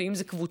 ואם זה קבוצה,